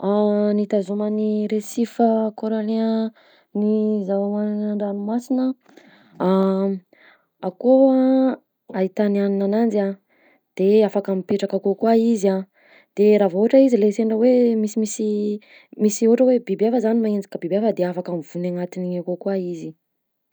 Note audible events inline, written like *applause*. *hesitation* Ny itazoman'ny récifs coraliens ny zava-mananaina an-dranomasina, *hesitation* akao a ahitany hagnina ananjy a, de afaka mipetraka akao koa izy a, de raha vao ohatra hoe izy le sendra hoe misimisy misy ohatra hoe biby hafa zany magnenjika biby hafa de afaka mivony agnatin'igny akao koa izy.